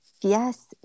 Yes